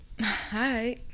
hi